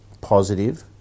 positive